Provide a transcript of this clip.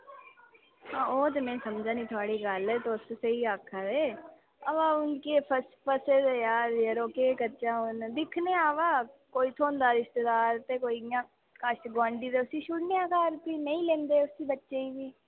हां ओह् ते में समझा निं थोआढ़ी गल्ल तुस स्हेई आखा दे अवा हून केह् फसे दे यार यरो केह् करचै हून दिक्खने आं कोई थ्होंदा ऐ रिश्तेदार ते कोई इ'यां कश गोआढी उसी छुड़ने आं घर फ्ही नेईं लेंदे उस बच्चें गी